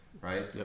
right